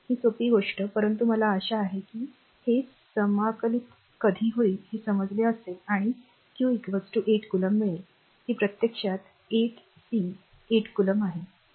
ही सोपी गोष्ट परंतु मला आशा आहे की हे समाकलित कधी होईल हे समजले असेल आणि क्यू 8 कूलोम्ब मिळेल ही प्रत्यक्षात 8 सी 8 कलोम्ब आहे